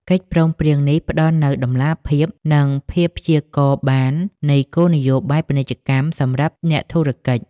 កិច្ចព្រមព្រៀងនេះផ្ដល់នូវតម្លាភាព និងភាពព្យាករណ៍បាននៃគោលនយោបាយពាណិជ្ជកម្មសម្រាប់អ្នកធុរកិច្ច។